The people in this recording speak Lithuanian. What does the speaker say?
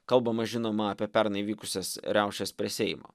kalbama žinoma apie pernai vykusias riaušes prie seimo